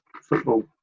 football